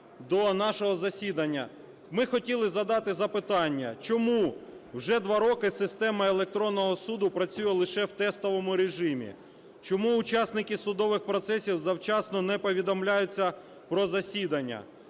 до нашого засідання. Ми хотіли задати запитання: чому вже 2 роки система "Електронний суд" працює лише в тестовому режимі; чому учасники судових процесів завчасно не повідомляються про засідання;